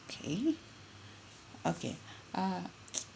okay okay uh